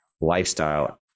lifestyle